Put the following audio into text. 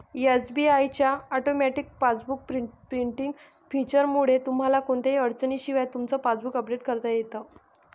SBI च्या automatic passbook printing फीचरमुळे तुम्हाला कोणत्याही अडचणीशिवाय तुमचं पासबुक अपडेट करता येतं